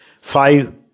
five